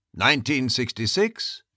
1966